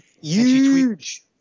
Huge